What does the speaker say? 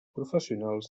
professionals